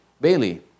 Bailey